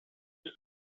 night